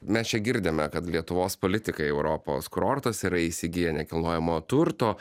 mes čia girdime kad lietuvos politikai europos kurortuose yra įsigiję nekilnojamo turto